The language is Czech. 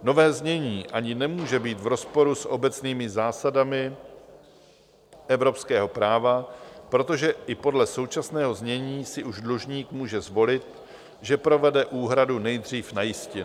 Nové znění ani nemůže být v rozporu s obecnými zásadami evropského práva, protože i podle současného znění si už dlužník může zvolit, že provede úhradu nejdřív na jistinu.